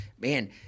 man –